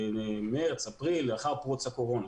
לאחר מרץ, אפריל, לאחר פרוץ הקורונה.